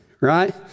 right